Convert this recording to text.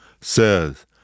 says